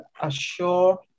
assure